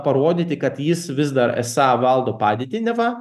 parodyti kad jis vis dar esą valdo padėtį neva